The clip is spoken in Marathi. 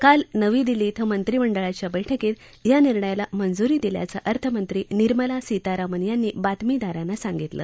काल नवी दिल्ली क्रें मंत्रीमंडळाच्या बैठकीत या निर्णयाला मंजूरी दिल्याचं अर्थमंत्री निर्मला सीतारामन यांनी बातमीदारांना सांगितलं